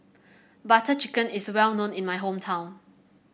Butter Chicken is well known in my hometown